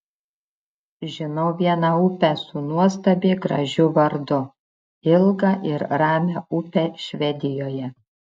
žinau vieną upę su nuostabiai gražiu vardu ilgą ir ramią upę švedijoje